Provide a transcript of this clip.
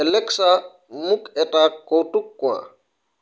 Alexa মোক এটা কৌতুক কোৱা